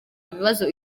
ibibazo